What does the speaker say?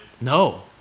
No